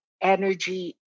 energy